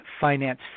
finance